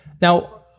Now